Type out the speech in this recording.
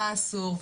מה אסור,